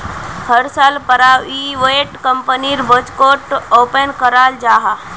हर साल प्राइवेट कंपनीर बजटोक ओपन कराल जाहा